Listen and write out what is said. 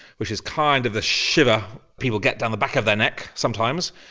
which is kind of the shiver people get down the back of their neck sometimes,